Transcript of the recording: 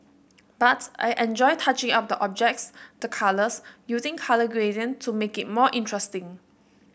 but I enjoy touching up the objects the colours using colour gradient to make it more interesting